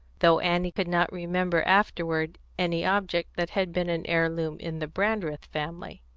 though annie could not remember afterward any object that had been an heirloom in the brandreth family.